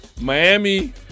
Miami